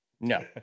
no